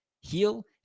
heal